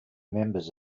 members